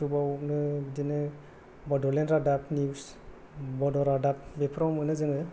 इउटुबावनो बिदिनो बड'लेण्ड रादाब निउस बड' रादाब बेफोराव मोनो जोङो